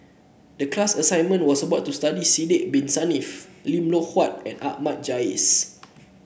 the class assignment was about to study Sidek Bin Saniff Lim Loh Huat and Ahmad Jais